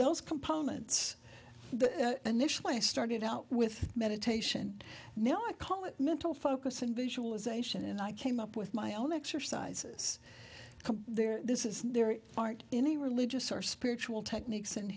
those components initially i started out with meditation now i call it mental focus and visualisation and i came up with my own exercises there this is there aren't any religious or spiritual techniques and